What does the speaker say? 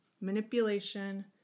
manipulation